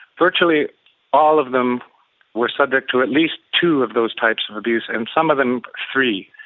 virtually all of them were subject to at least two of those types of abuse and some of them three.